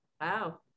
Wow